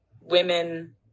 women